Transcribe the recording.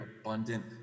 abundant